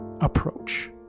approach